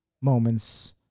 moments